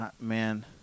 man